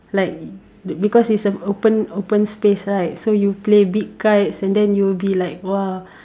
like because it's an open open space right so you play big kites and then you will be like !wah!